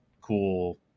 cool